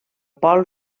pol